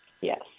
Yes